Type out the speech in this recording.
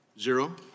Zero